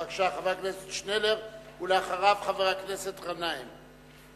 בבקשה, חבר הכנסת שנלר, ואחריו, חבר הכנסת גנאים.